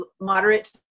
moderate